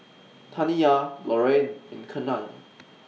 Taniyah Lorayne and Kenan